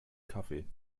kaffee